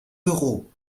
büro